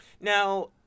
Now